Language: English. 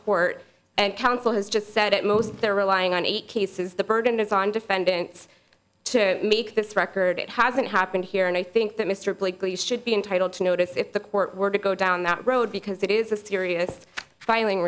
court and counsel has just said it most they're relying on eight cases the burden is on defendants to make this record it hasn't happened here and i think that mr blakeley should be entitled to notice if the court were to go down that road because it is a serious filing